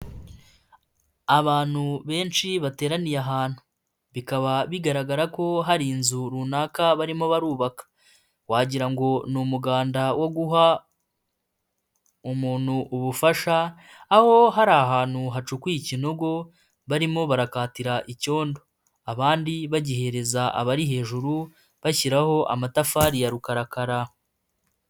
Abantu benshi bateraniye ahantu bikaba bigaragara ko hari inzu runaka barimo barubaka wagira ngo ni umuganda wo guha umuntu ubufasha, aho hari ahantu hacukuye ikinogo barimo barakatira icyondo, abandi bagihereza abari hejuru bashyiraho amatafari ya rukarakara.